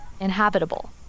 Inhabitable